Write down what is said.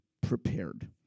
prepared